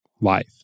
life